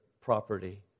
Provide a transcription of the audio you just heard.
property